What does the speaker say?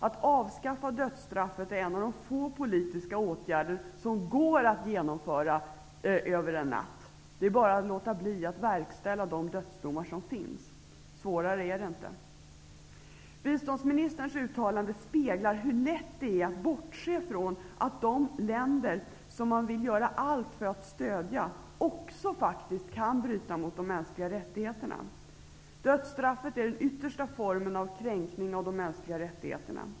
Att avskaffa dödsstraffet är en av de få politiska åtgärder som faktiskt går att genomföra över en natt. Det är bara att låta bli att verkställa de dödsdomar som finns. Svårare är det inte. Biståndsministerns uttalande speglar hur lätt det är att bortse från att också de länder som man vill göra allt för att stödja faktiskt kan bryta mot de mänskliga rättigheterna. Dödsstraffet är den yttersta formen av kränkning av de mänskliga rättigheterna.